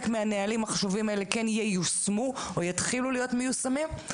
מהנהלים החשובים האלה כן ייושמו או יתחילו להיות מיושמים,